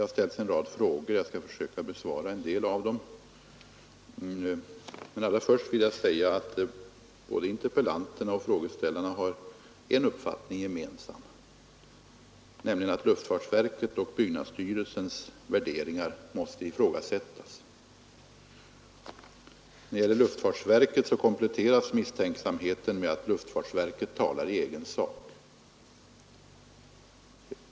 ara en del av dem. Men allra först vill jag säga att både interpellanterna och frågeställarna har en uppfattning gemensamt, nämligen att luftfartsverket och byggnadsstyrelsens värderingar måste ifrågasättas. När det gäller luftfartsverket kompletteras misstänksamheten med att luftfartsverket talar i egen sak.